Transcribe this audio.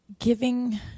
Giving